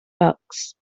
bucks